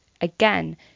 again